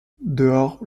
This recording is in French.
dehors